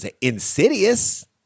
insidious